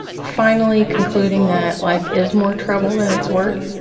finally concluding that life is more trouble than it's worth.